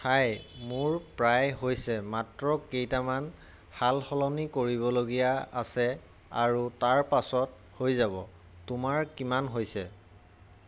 হাই মোৰ প্ৰায় হৈছে মাত্ৰ কেইটামান সালসলনি কৰিবলগীয়া আছে আৰু তাৰ পাছত হৈ যাব তোমাৰ কিমান হৈছে